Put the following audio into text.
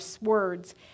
words